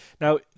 Now